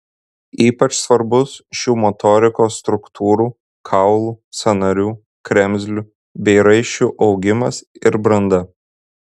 ypač svarbus šių motorikos struktūrų kaulų sąnarių kremzlių bei raiščių augimas ir branda